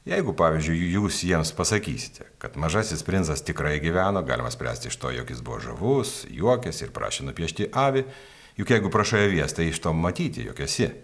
jeigu pavyzdžiui jūs jiems pasakysite kad mažasis princas tikrai gyveno galima spręsti iš to jog jis buvo žavus juokėsi ir prašė nupiešti avį juk jeigu prašai avies tai iš to matyti jog esi